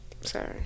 Sorry